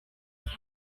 case